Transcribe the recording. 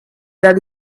that